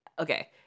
okay